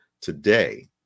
today